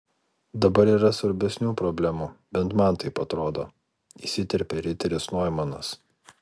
dabar yra svarbesnių problemų bent man taip atrodo įsiterpė riteris noimanas